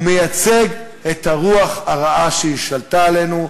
הוא מייצג את הרוח הרעה שהשתלטה עלינו,